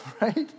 Right